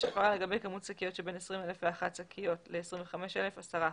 הפרה לגבי כמות שקיות שבין 20,001 שקיות ל-25,000 10 אחוזים.